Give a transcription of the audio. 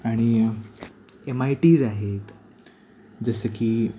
आणि एमआयटीज आहेत जसं की